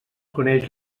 coneix